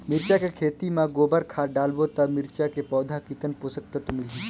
मिरचा के खेती मां गोबर खाद डालबो ता मिरचा के पौधा कितन पोषक तत्व मिलही?